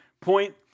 Point